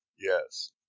Yes